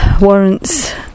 warrants